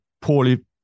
poorly